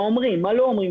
מה אומרים ומה לא אומרים?